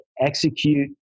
execute